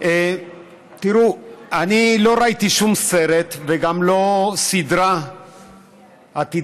אני לא ראיתי שום סרט וגם לא סדרה עתידנית,